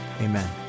amen